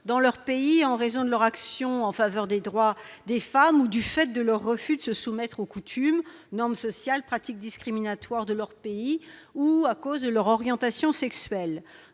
dans leur pays en raison de leur action en faveur des droits des femmes, de leur refus de se soumettre aux coutumes, normes sociales, pratiques discriminatoires de leur pays ou de leur orientation sexuelle.